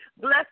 Bless